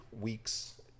weeks